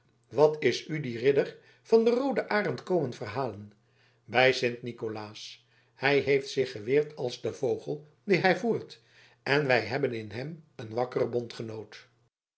wat is u die ridder van den rooden arend komen verhalen bij sint nikolaas hij heeft zich geweerd als de vogel dien hij voert en wij hebben in hem een wakkeren bondgenoot